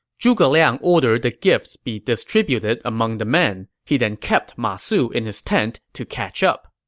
zhuge liang ordered the gifts be distributed among the men. he then kept ma su in his tent to catch up.